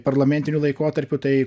parlamentiniu laikotarpiu tai